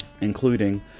including